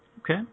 Okay